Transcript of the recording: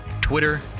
Twitter